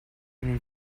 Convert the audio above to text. and